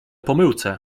pomyłce